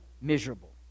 miserable